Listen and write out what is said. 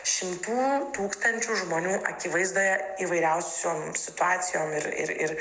šimtų tūkstančių žmonių akivaizdoje įvairiausiom situacijom ir ir ir